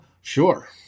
Sure